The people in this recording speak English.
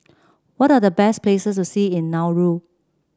what are the best places to see in Nauru